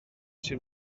sir